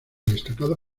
destacado